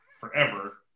forever